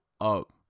up